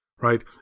right